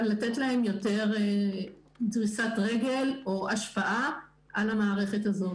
אבל לתת להן יותר דריסת רגל או השפעה על המערכת הזאת.